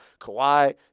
Kawhi